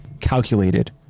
calculated